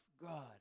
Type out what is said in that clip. God